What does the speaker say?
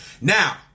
Now